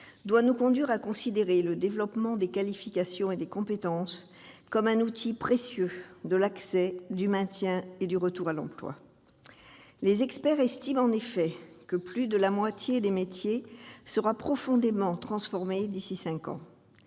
doivent nous conduire à considérer le développement des qualifications et des compétences comme un outil précieux pour l'accès et le retour à l'emploi, ainsi que le maintien dans l'emploi. Les experts estiment en effet que plus de la moitié des métiers seront profondément transformés d'ici à cinq ans.